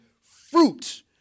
fruit